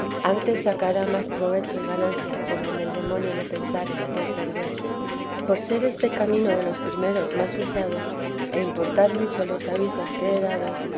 antes sacará más provecho y ganancia por donde el demonio le pensare hacer perder por ser este camino de los primeros más usado e importar mucho los avisos que he dado